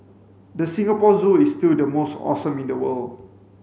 the Singapore Zoo is still the most awesome in the world